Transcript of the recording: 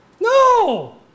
No